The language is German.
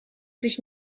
sich